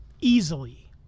easily